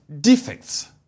Defects